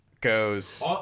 goes